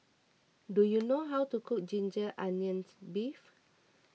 do you know how to cook Ginger Onions Beef